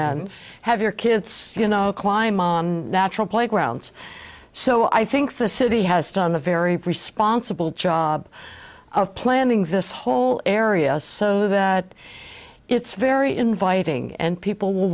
and have your kids you know climb on natural playgrounds so i think the city has done a very responsible job of planning this whole area so that it's very inviting and people w